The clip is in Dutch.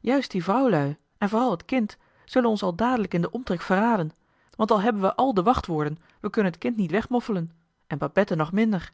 juist die vrouwlui en vooral het kind zullen ons al dadelijk in den omtrek verraden want al hebben we al de wachtwoorden we kunnen t kind niet wegmoffelen en babette nog minder